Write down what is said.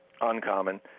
uncommon